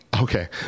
Okay